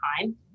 time